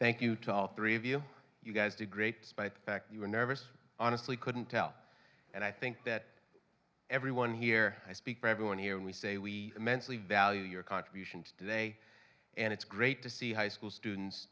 thank you to all three of you you guys did great by the fact you were nervous honestly couldn't tell and i think that everyone here i speak for everyone here and we say we immensely value your contribution today and it's great to see high school students